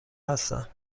هستند